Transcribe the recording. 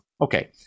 Okay